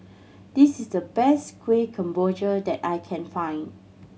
this is the best Kueh Kemboja that I can find